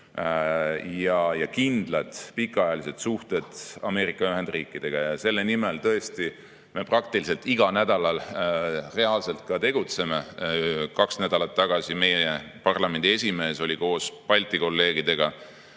ja kindlad pikaajalised suhted Ameerika Ühendriikidega. Selle nimel me tõesti igal nädalal reaalselt tegutseme. Kaks nädalat tagasi meie parlamendi esimees oli koos Balti kolleegidega